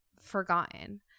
forgotten